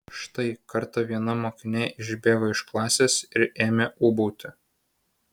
štai kartą viena mokinė išbėgo iš klasės ir ėmė ūbauti